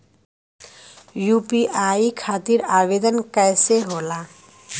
UPI खातिर आवेदन कैसे होला?